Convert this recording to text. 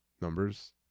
numbers